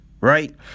right